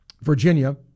Virginia